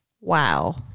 Wow